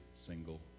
single